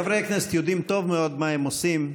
חברי הכנסת יודעים טוב מאוד מה הם עושים,